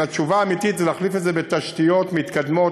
אבל התשובה האמיתית היא להחליף את זה בתשתיות מתקדמות